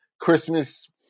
Christmas